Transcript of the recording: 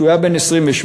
כשהוא היה בן 28,